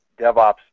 DevOps